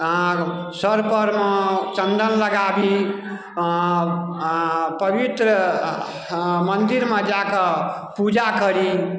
आओर सरपरमे चन्दन लगाबी अँ पवित्र मन्दिरमे जाकऽ पूजा करी